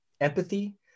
empathy